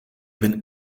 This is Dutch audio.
ben